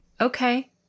Okay